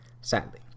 Sadly